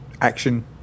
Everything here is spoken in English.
action